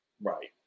Right